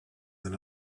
than